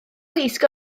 wisg